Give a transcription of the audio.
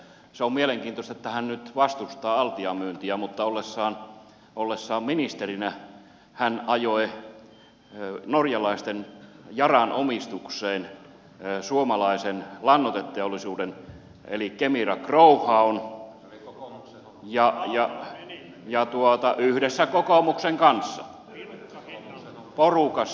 on mielenkiintoista että hän nyt vastustaa altian myyntia mutta ollessaan ministerinä hän ajoi norjalaisen yaran omistukseen suomalaisen lannoiteteollisuuden eli kemira growhown yhdessä kokoomuksen kanssa porukassa